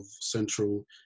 central